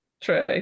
true